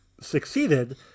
succeeded